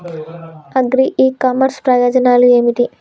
Agri e commerce ప్రయోజనాలు ఏమిటి?